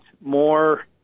more